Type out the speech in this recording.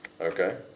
okay